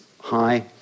high